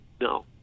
No